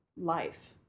life